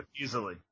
easily